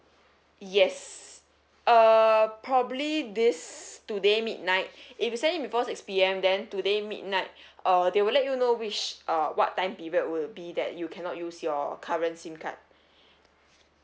yes uh probably this today midnight if you send in before six P_M then today midnight uh they will let you know which uh what time period will it be that you cannot use your current SIM card